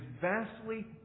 vastly